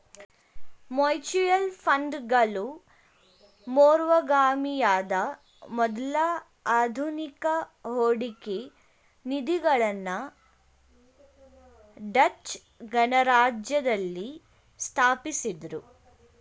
mutual ಫಂಡ್ಗಳು ಪೂರ್ವಗಾಮಿಯಾದ ಮೊದ್ಲ ಆಧುನಿಕ ಹೂಡಿಕೆ ನಿಧಿಗಳನ್ನ ಡಚ್ ಗಣರಾಜ್ಯದಲ್ಲಿ ಸ್ಥಾಪಿಸಿದ್ದ್ರು